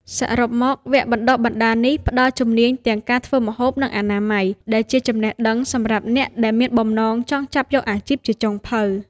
សរុបមក វគ្គបណ្ដុះបណ្ដាលនេះផ្ដល់ជំនាញទាំងការធ្វើម្ហូប និងអនាម័យ ដែលជាចំណេះដឹងសម្រាប់អ្នកដែលមានបំណងចង់ចាប់យកអាជីពជាចុងភៅ។